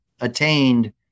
attained